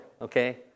Okay